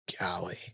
Golly